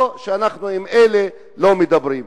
או שעם אלה אנחנו לא מדברים.